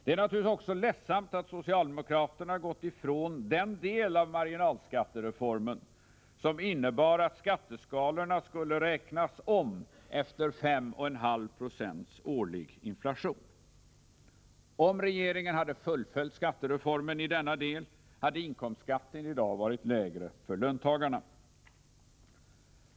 Det är naturligtvis också ledsamt att socialdemokraterna gått ifrån den del av marginalskattereformen som innebar att skatteskalorna skulle räknas om efter 5,5 70 årlig inflation; om regeringen hade fullföljt skattereformen i denna del, hade inkomstskatten i dag varit lägre för löntagarna.